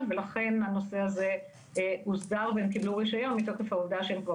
ולכן הנושא הזה מוסדר והם קיבלו רישיון מתוקף ההודעה שהם כבר